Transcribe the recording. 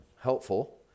helpful